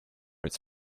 its